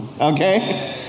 okay